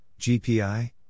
GPI